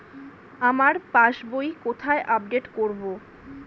আমার পাস বই কোথায় আপডেট করব?